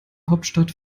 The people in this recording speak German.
hauptstadt